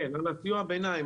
כן על סיוע הביניים,